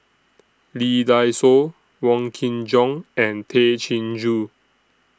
Lee Dai Soh Wong Kin Jong and Tay Chin Joo